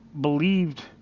believed